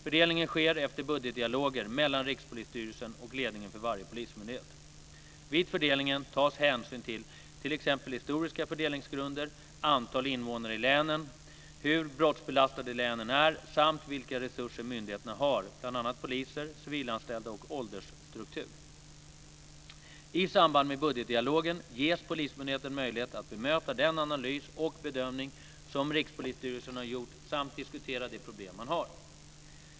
Fördelningen sker efter budgetdialoger mellan Rikspolisstyrelsen och ledningen för varje polismyndighet. Vid fördelningen tas hänsyn till t.ex. historiska fördelningsgrunder, antal invånare i länen, hur brottsbelastade länen är samt vilka resurser myndigheten har, bl.a. poliser, civilanställda och åldersstruktur. I samband med budgetdialogen ges polismyndigheten möjlighet att bemöta den analys och bedömning som Rikspolisstyrelsen har gjort samt diskutera de problem man har.